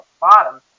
bottom